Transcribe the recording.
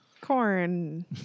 Corn